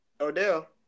Odell